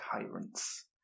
tyrants